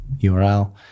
URL